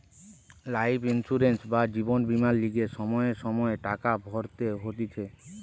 life insurance বা জীবন বীমার লিগে সময়ে সময়ে টাকা ভরতে হতিছে